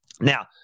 Now